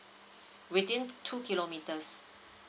within two kilometres